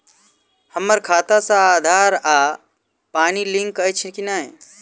हम्मर खाता सऽ आधार आ पानि लिंक अछि की नहि?